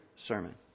Sermon